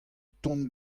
tont